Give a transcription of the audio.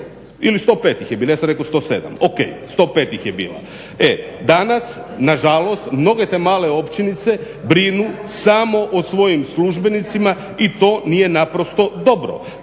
ili 105 ih je bilo, ja sam rekao 107, ok 105 ih je bilo. Danas nažalost mnoge te male općinice brinu samo o svojim službenicima i to nije naprosto dobro.